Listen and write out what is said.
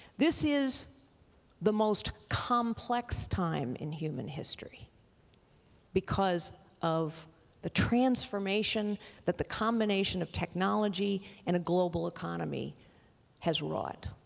this is the most complex time in human history because of the transformation that the combination of technology and a global economy has wrought.